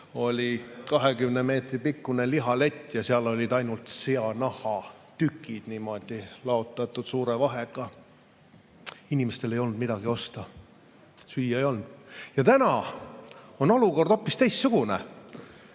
oli 20 meetri pikkune lihalett ja seal olid ainult sea nahatükid niimoodi laotatud suure vahega. Inimestel ei olnud midagi osta, süüa ei olnud. Täna on olukord hoopis teistsugune.